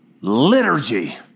liturgy